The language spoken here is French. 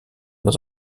dans